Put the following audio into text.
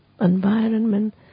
environment